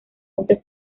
muchas